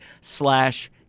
slash